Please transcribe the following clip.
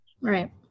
Right